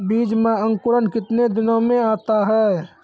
बीज मे अंकुरण कितने दिनों मे आता हैं?